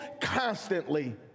constantly